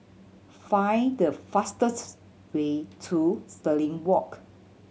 find the fastest way to Stirling Walk